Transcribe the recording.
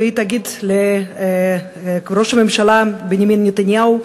והיא תגיד לראש הממשלה בנימין נתניהו,